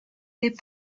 des